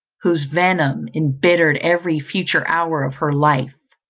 whose venom embittered every future hour of her life.